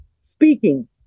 speaking